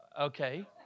Okay